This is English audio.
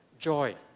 joy